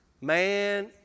Man